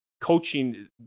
coaching